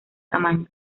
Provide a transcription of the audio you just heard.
tamaño